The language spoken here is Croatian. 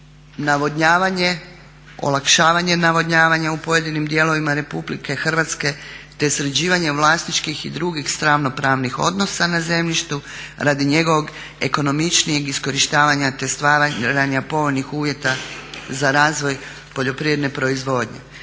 navodnjavanje, olakšavanje navodnjavanja u pojedinim dijelovima Republike Hrvatske te sređivanje vlasničkih i drugih …/Govornik se ne razumije./… pravnih odnosa na zemljištu radi njegovog ekonomičnijeg iskorištavanja te stvaranja povoljnih uvjeta za razvoj poljoprivredne proizvodnje.